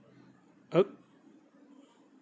oh